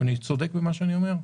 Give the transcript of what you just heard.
אני צודק במה שאני אומר?